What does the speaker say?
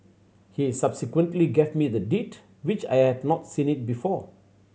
he subsequently gave me the Deed which I had not seen it before